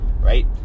right